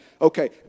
Okay